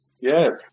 Yes